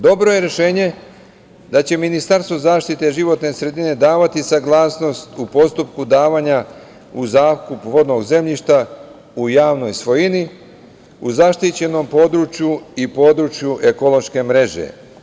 Dobro je rešenje da će Ministarstvo zaštite životne sredine davati saglasnost, u postupku davanja uz zakup vodnog zemljišta, u javnoj svojini, u zaštićenom području i području ekološke mreže.